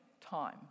time